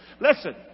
Listen